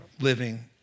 living